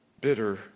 bitter